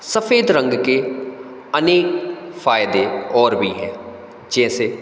सफ़ेद रंग के अनेक फ़ायदे और भी हैं जैसे